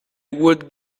would